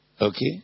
Okay